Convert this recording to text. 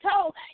told